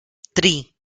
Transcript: three